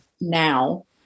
now